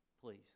please